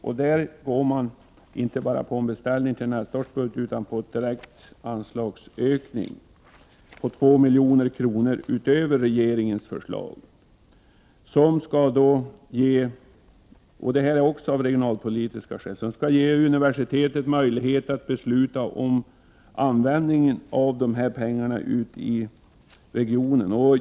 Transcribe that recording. Utskottet föreslår inte bara en beställning till nästa års budget utan en direkt anslagsökning om 2 milj.kr. utöver regeringens förslag, också i detta fall av regionalpolitiska skäl. Härigenom skall universitetet ges möjlighet att besluta om användningen av dessa pengar ute i regionen.